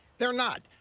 they're not.